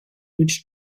which